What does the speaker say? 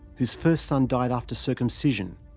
whose first son died after circumcision,